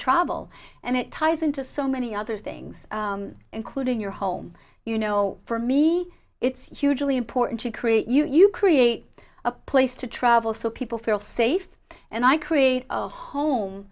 travel and it ties into so many other things including your home you know for me it's hugely important to create you create a place to travel so people feel safe and i create own home